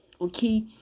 okay